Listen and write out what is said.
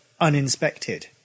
Uninspected